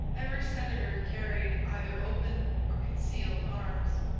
every senator carried either open or concealed arms.